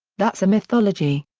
that's a mythology.